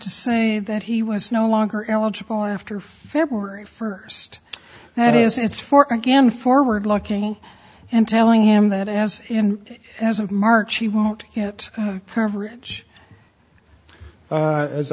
to say that he was no longer eligible after february first that is it's four again forward looking and telling him that as in as of march he won't hit curve ridge a